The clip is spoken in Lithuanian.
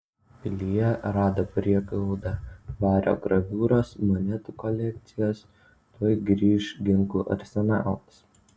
pilyje rado prieglaudą vario graviūros monetų kolekcijos tuoj grįš ginklų arsenalas